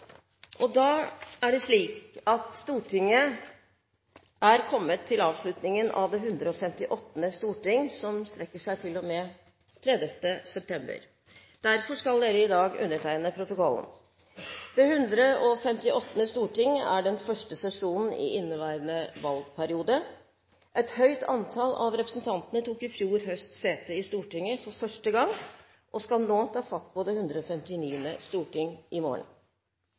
og vil ta sete. Da er vi kommet til avslutningen av det 158. storting, som strekker seg til og med 30. september. Derfor skal vi i dag undertegne protokollen. Det 158. storting er den første sesjonen i inneværende valgperiode. Et høyt antall av representantene tok i fjor høst sete i Stortinget for første gang og skal nå ta fatt på det 159. storting i morgen.